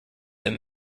him